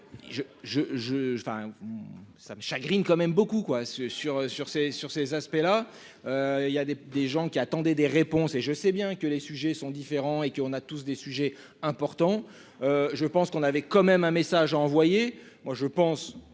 ça me chagrine quand même beaucoup quoi ce sur sur ces, sur ces aspects-là, il y a des, des gens qui attendait des réponses et je sais bien que les sujets sont différents et qu'on a tous des sujets importants, je pense qu'on avait quand même un message envoyé,